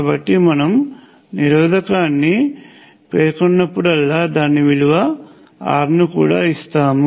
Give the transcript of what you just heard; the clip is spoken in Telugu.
కాబట్టి మనము నిరోధకాన్ని పేర్కొన్నప్పుడల్లా దాని విలువ Rను కూడా ఇస్తాము